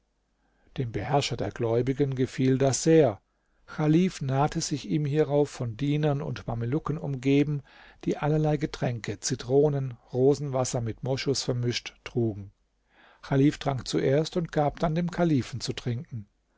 dem beherrscher der gläubigen gefiel das sehr chalif nahte sich ihm hierauf von dienern und mamelucken umgeben die allerlei getränke zitronen rosenwasser mit moschus vermischt trugen chalif trank zuerst und gab dann dem kalifen zu trinken